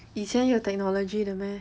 以前有 technology 的 meh